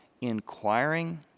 inquiring